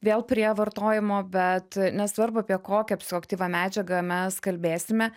vėl prie vartojimo bet nesvarbu apie kokią psichoaktyvią medžiagą mes kalbėsime